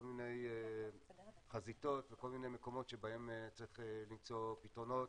מיני חזיתות וכל מיני מקומות שבהם צריך למצוא פתרונות,